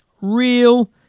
Real